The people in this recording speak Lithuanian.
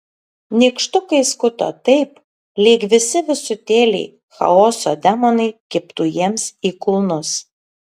nykštukai skuto taip lyg visi visutėliai chaoso demonai kibtų jiems į kulnus